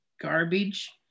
garbage